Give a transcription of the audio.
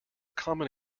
common